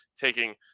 taking